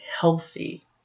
healthy